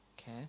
okay